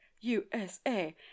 USA